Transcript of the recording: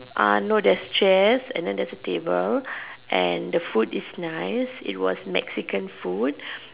uh no there's chairs and then there is a table and the food is nice it was Mexican food